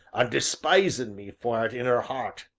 and despisin' me for it in er heart,